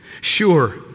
Sure